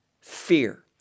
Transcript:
fear